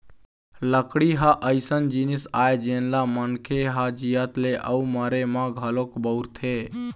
लकड़ी ह अइसन जिनिस आय जेन ल मनखे ह जियत ले अउ मरे म घलोक बउरथे